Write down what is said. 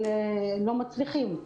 אבל הם לא מצליחים.